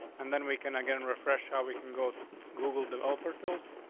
and then we can again and refresh our weaken. go to google developer tools